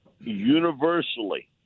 universally